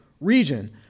region